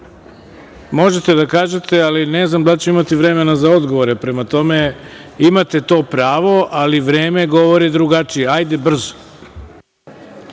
možete da kažete, ali ne znam da li će imati vremena za odgovore. Prema tome imate to pravo, ali vreme govori drugačije. Ajde brzo.